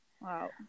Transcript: Wow